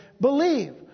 believe